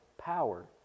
power